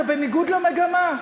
שזה בניגוד למגמה,